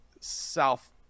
South